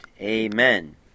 Amen